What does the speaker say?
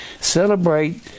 celebrate